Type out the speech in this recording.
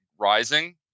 rising